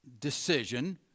decision